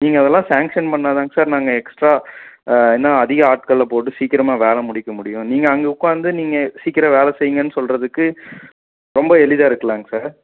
நீங்கள் அதெல்லாம் சாங்க்ஷன் பண்ணா தாங்க சார் நாங்கள் எக்ஸ்ட்ரா இன்னும் அதிக ஆட்களை போட்டு சீக்கிரமாக வேலை முடிக்க முடியும் நீங்கள் அங்கே உட்க்காந்து நீங்கள் சீக்கிரம் வேலை செய்யுங்கன் சொல்லுறதுக்கு ரொம்ப எளிதாக இருக்கலாங்க சார்